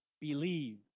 believe